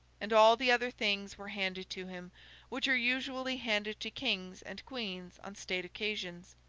and all the other things were handed to him which are usually handed to kings and queens on state occasions.